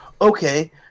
okay